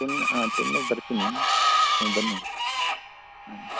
ten ಟೆನ್ಗೆ ಬರ್ತೀನಿ ನೀವು ಬನ್ನಿ ಹಾಂ